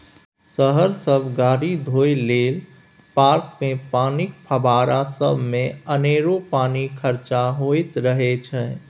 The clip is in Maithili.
शहर सब गाड़ी धोए लेल, पार्कमे पानिक फब्बारा सबमे अनेरो पानि खरचा होइत रहय छै